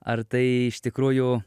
ar tai iš tikrųjų